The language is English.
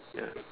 ya